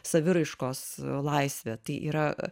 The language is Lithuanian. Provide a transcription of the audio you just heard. saviraiškos laisvę tai yra